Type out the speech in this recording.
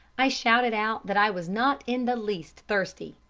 i shouted out that i was not in the least thirsty.